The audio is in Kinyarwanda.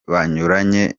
banyuranye